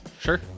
Sure